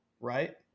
right